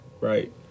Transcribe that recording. right